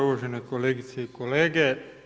Uvažene kolegice i kolege.